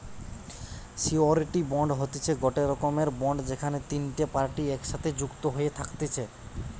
surety bond হতিছে গটে রকমের বন্ড যেখানে তিনটে পার্টি একসাথে যুক্ত হয়ে থাকতিছে